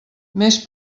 més